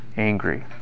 angry